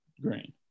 Green